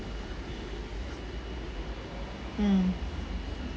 mm